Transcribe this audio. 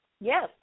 Yes